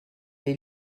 est